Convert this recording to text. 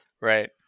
Right